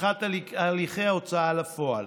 פתיחת הליכי הוצאה לפועל.